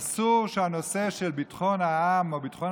אסור שהנושא של ביטחון העם או ביטחון